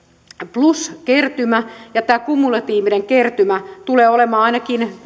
pluskertymä ja tämä kumulatiivinen kertymä tulee olemaan ainakin